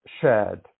shared